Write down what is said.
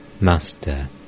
Master